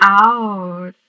out